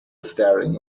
staring